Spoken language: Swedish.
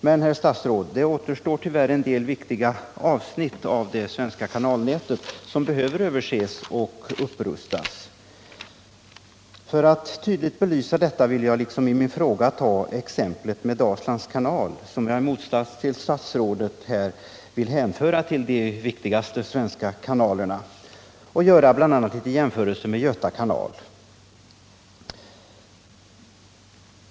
Men, herr statsråd, det återstår tyvärr en del viktiga avsnitt av det svenska kanalnätet som behöver ses över och upprustas. För att tydligt belysa detta skall jag, liksom i min fråga, ta exemplet med Dalslands kanal, som jag i motsats till statsrådet vill hänföra till de viktigaste svenska kanalerna, och göra en jämförelse bl.a. med Göta kanal.